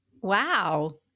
Wow